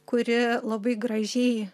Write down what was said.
kuri labai gražiai